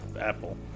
Apple